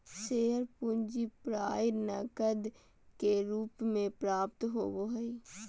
share पूंजी प्राय नकद के रूप में प्राप्त होबो हइ